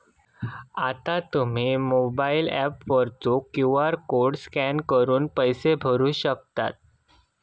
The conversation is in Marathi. आता तुम्ही मोबाइल ऍप वरचो क्यू.आर कोड स्कॅन करून पैसे भरू शकतास